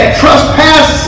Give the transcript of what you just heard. trespass